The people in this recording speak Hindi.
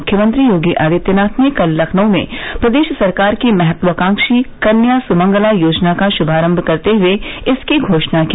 मुख्यमंत्री योगी आदित्यनाथ ने कल लखनऊ में प्रदेश सरकार की महत्वाकांक्षी कन्या सुमंगला योजना का शुभारंभ करते हुए इसकी घोषणा की